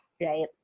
right